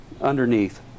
underneath